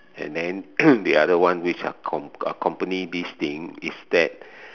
and then the other one which accom~ accompany this thing is that